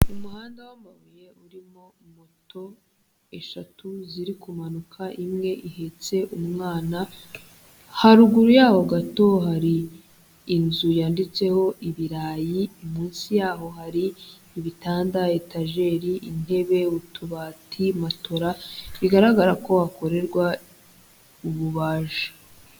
Umuhanda w'amabuye urimo moto eshatu ziri kumanuka, imwe ihetse umwana, haruguru yaho gato hari inzu yanditseho ibirayi, munsi yaho hari ibitanda, etajeri, intebe, utubati, matora, bigaragara ko hakorerwa ububaji.